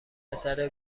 پسره